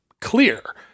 clear